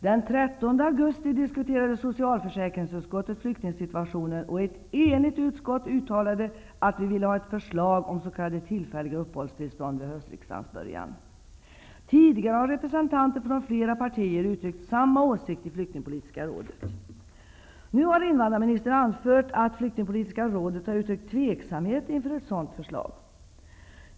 Den 13 augusti diskuterade socialförsäkringsutskottet flyktingsituationen, och ett enigt utskott uttalade att vi ville ha ett förslag om s.k. tillfälliga uppehållstillstånd vid höstriksdagens början. Tidigare har representanter från flera partier uttryckt samma åsikt i Flyktingpolitiska rådet. Nu har invandrarministern anfört att Flyktingpolitiska rådet uttryckt tvivel inför ett sådant förslag.